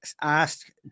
ask